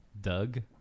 Doug